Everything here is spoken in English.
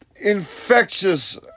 infectious